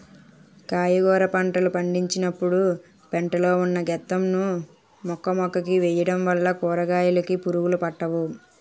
కాయగుర పంటలు పండించినపుడు పెంట లో ఉన్న గెత్తం ను మొక్కమొక్కకి వేయడం వల్ల కూరకాయలుకి పురుగులు పట్టవు